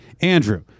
Andrew